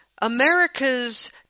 America's